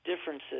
differences